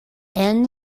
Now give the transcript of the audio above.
end